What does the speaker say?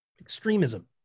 extremism